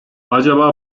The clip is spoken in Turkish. acaba